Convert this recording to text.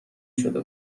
شده